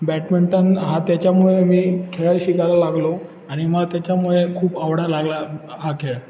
badminton हा त्याच्यामुळे मी खेळायला शिकायला लागलो आणि मला त्याच्यामुळे खूप आवडायला लागला हा खेळ